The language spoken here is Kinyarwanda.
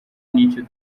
n’icyo